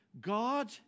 God